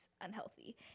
unhealthy